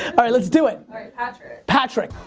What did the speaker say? alright let's do it. alright patrick. patrick.